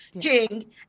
king